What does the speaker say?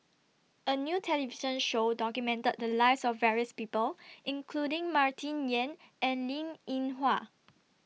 A New television Show documented The Lives of various People including Martin Yan and Linn in Hua